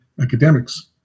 academics